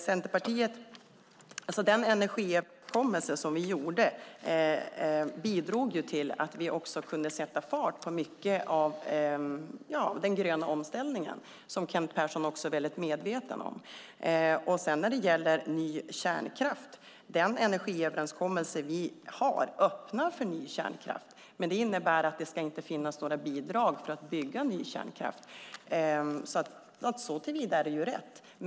Herr talman! Den energiöverenskommelse som vi gjorde bidrog till att vi kunde sätta fart på den gröna omställningen, vilket Kent Persson är väl medveten om. När det gäller ny kärnkraft öppnar energiöverenskommelsen för det, men det ska inte finnas några bidrag för att bygga ny kärnkraft. Såtillvida är det rätt.